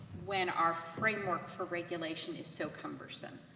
when our framework for regulation is so cumbersome,